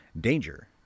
Danger